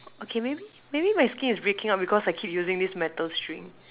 okay maybe maybe my skin is breaking out because I keep using this metal string